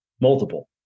multiple